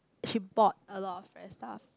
she bought a lot of rare stuff